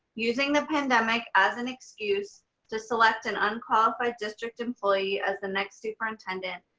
using the pandemic as an excuse to select an unqualified district employee as the next superintendent,